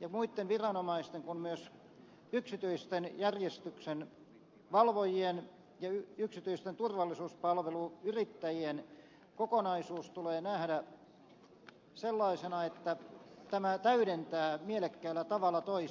ja muitten viranomaisten kuin myös yksityisten järjestyksenvalvojien ja yksityisten turvallisuuspalveluyrittäjien kokonaisuus tulee nähdä sellaisena että nämä täydentävät mielekkäällä tavalla toisiaan